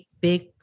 big